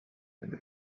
nende